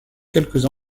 quelques